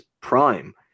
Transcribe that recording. prime